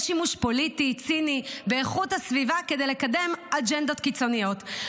יש שימוש פוליטי ציני באיכות הסביבה כדי לקדם אג'נדות קיצוניות.